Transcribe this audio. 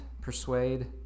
persuade